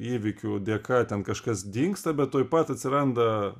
įvykių dėka ten kažkas dingsta bet tuoj pat atsiranda